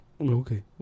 Okay